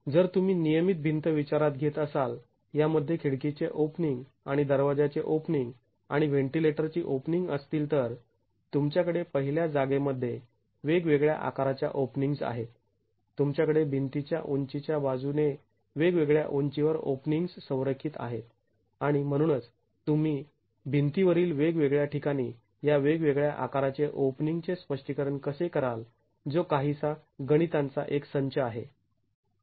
जर तुम्ही नियमित भिंत विचारात घेत असाल यामध्ये खिडकीचे ओपनिंग आणि दरवाजाचे ओपनिंग आणि व्हेंटिलेटर ची ओपनिंग असतील तर तुमच्याकडे पहिल्या जागेमध्ये वेगवेगळ्या आकाराच्या ओपनिंग्ज् आहेत तुमच्याकडे भिंतीच्या उंचीच्या बाजूने वेगवेगळ्या उंचीवर ओपनिंग्ज् संरेखित आहेत आणि म्हणूनच तुम्ही भिंतीवरील वेगवेगळ्या ठिकाणी या वेगवेगळ्या आकाराचे ओपनिंग चे स्पष्टीकरण कसे कराल जो काहीसा गणितांचा एक संच आहे